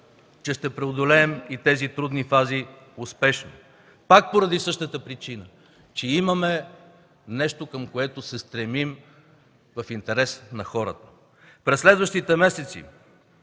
че ще преодолеем и тези трудни фази успешно, пак поради същата причина – че имаме нещо, към което се стремим в интерес на хората. През следващите месеци